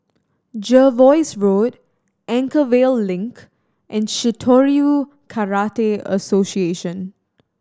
Jervois Road Anchorvale Link and Shitoryu Karate Association